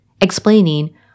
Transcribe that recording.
explaining